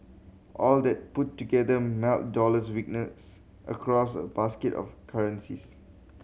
all that put together meant dollar weakness across a basket of currencies